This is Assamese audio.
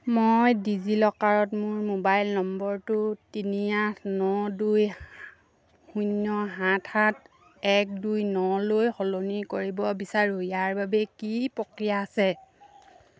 মই ডিজিলকাৰত মোৰ মোবাইল নম্বৰটো তিনি আঠ ন দুই শূন্য সাত সাত এক দুই নলৈ সলনি কৰিব বিচাৰোঁ ইয়াৰ বাবে কি প্ৰক্ৰিয়া আছে